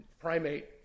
primate